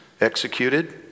executed